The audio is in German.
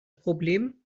problem